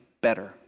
better